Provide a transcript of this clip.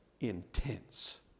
Intense